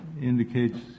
indicates